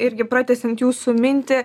irgi pratęsiant jūsų mintį